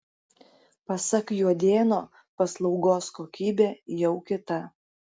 pasak juodėno paslaugos kokybė jau kita